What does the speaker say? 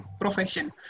profession